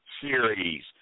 series